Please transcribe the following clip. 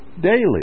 daily